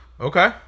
Okay